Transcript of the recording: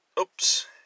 oops